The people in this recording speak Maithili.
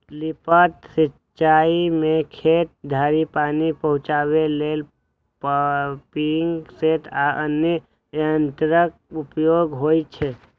लिफ्ट सिंचाइ मे खेत धरि पानि पहुंचाबै लेल पंपिंग सेट आ अन्य यंत्रक उपयोग होइ छै